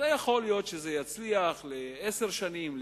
יכול להיות שזה יצליח לעשר שנים,